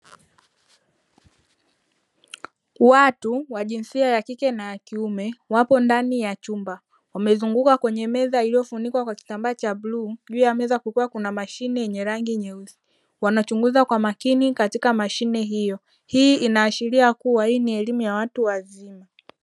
Watu wa jinsia ya kike na ya kiume wapo ndani ya chumba wamezunguka kwenye meza iliyofunikwa kwa kitambaa cha bluu juu ameweza kukaa kuna mashine yenye rangi nyeusi, wanachunguza kwa makini katika mashine hiyo hii inaashiria kuwa hii ni elimu ya watu wazima.